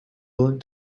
willing